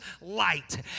light